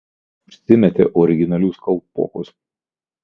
užsimetė originalius kalpokus